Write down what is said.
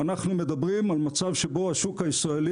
אנחנו מדברים על מצב שבו השוק הישראלי